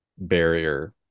barrier